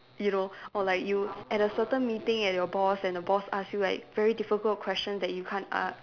you know or like you at a certain meeting and your boss and the boss ask you like very difficult question that you can't an~